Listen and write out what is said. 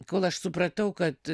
kol aš supratau kad